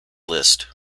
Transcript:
list